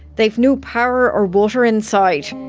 they have no power or water inside.